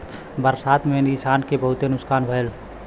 बरसात में किसान क बहुते नुकसान भयल